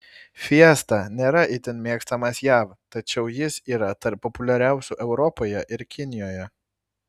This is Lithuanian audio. fiesta nėra itin mėgstamas jav tačiau jis yra tarp populiariausių europoje ir kinijoje